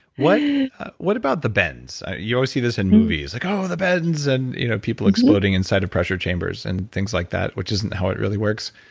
what what about the bends? you always see this in movies, like, oh, the bends, and you know people exploding inside of pressure chambers and things like that, which isn't how it really works.